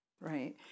right